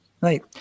right